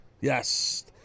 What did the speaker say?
Yes